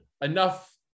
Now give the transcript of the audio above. Enough